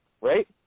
Right